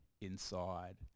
inside